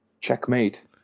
checkmate